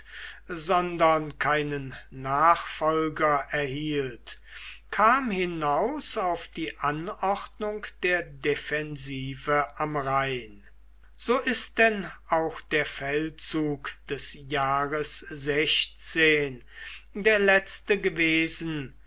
sondern keinen nachfolger erhielt kam hinaus auf die anordnung der defensive am rhein so ist denn auch der feldzug des jahres der letzte gewesen